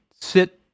sit